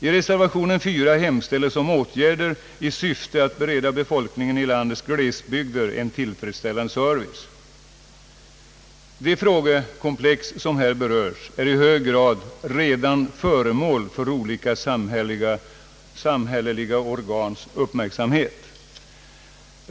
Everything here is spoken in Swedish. I reservation nr 4 hemställes om åtgärder i syfte att bereda befolkningen i landets glesbygder en tillfredsställande service. Det frågekomplex som härvid berörs är i hög grad redan föremål för olika samhälleliga organs uppmärksamhet.